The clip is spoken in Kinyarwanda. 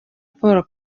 paul